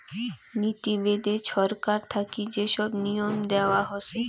নীতি বেদে ছরকার থাকি যে সব নিয়ম দেয়া হসে